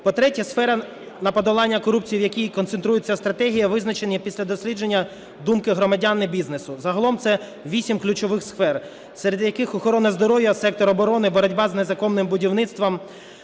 По-третє, сфера на подолання корупції, в якій концентрується стратегія, визначена після дослідження думки громадян і бізнесу. Загалом це вісім ключових сфер. Серед яких: охорона здоров'я, сектор оборони і боротьба з незаконним будівництвом.